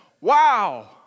Wow